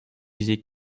usé